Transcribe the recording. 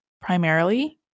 primarily